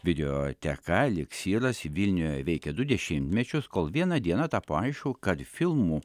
videoteka eliksyras vilniuje veikė du dešimtmečius kol vieną dieną tapo aišku kad filmų